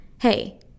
hey